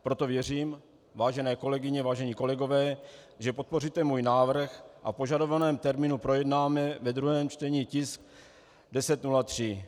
Proto věřím, vážené kolegyně, vážení kolegové, že podpoříte můj návrh a v požadovaném termínu projednáme ve druhém čtení tisk 1003.